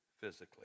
physically